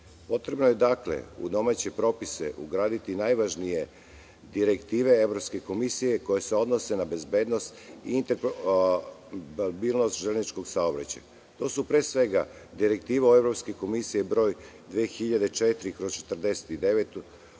Potrebno je u domaće propise ugraditi najvažnije direktive Evropske komisije koje se odnose na bezbednost interoperabilnost železničkog saobraćaja. To su pre svega Direktiva Evropske komisije broj 2004/49